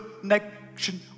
connection